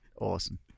Awesome